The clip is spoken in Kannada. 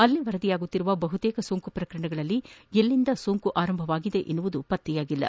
ಅಲ್ಲಿ ವರದಿಯಾಗುತ್ತಿರುವ ಬಹುತೇಕ ಸೋಂಕು ಪ್ರಕರಣಗಳಲ್ಲಿ ಎಲ್ಲಿಂದ ಸೋಂಕು ತಗುಲಿದೆ ಎನ್ನುವುದು ಪತ್ತೆಯಾಗಿಲ್ಲ